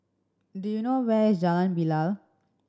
do you know where is Jalan Bilal